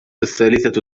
الثالثة